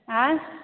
आयँ